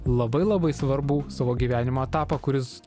labai labai svarbų savo gyvenimo etapą kuris